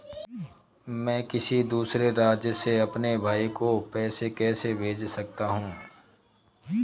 मैं किसी दूसरे राज्य से अपने भाई को पैसे कैसे भेज सकता हूं?